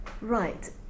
Right